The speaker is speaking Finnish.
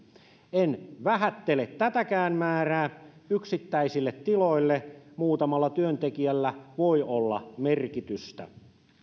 en vähättele tätäkään määrää yksittäisille tiloille muutamalla työntekijällä voi olla merkitystä